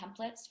templates